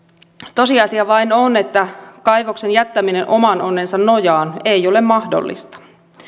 tosiasia vain on että kaivoksen jättäminen oman onnensa nojaan ei ole mahdollista